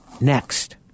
Next